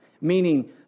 meaning